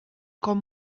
com